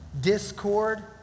discord